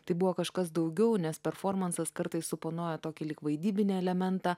tai buvo kažkas daugiau nes performansas kartais suponuoja tokį lyg vaidybinę elementą